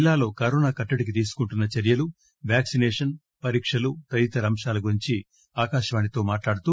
జిల్లాలో కరోనా కట్టడికి తీసుకుంటున్న చర్యలు వాక్సినేషన్ పరీక్షలు తదితర అంశాల గురించి ఆకాశవాణితో మాట్లాడుతూ